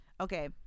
Okay